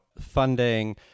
funding